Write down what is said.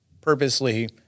purposely